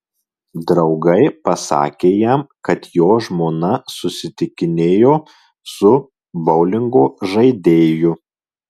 draugai pasakė jam kad jo žmona susitikinėjo su boulingo žaidėju